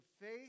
faith